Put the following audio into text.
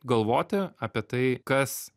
galvoti apie tai kas